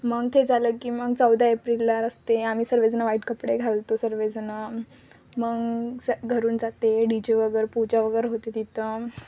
मग ते झालं की मग चौदा एप्रिलला रस्ते आम्ही सर्वजणं वाईट कपडे घालतो सर्वजणं मग स घरून जाते डी जे वगैरे पूजा वगैरे होते तिथं